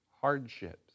hardships